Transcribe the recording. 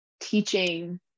teaching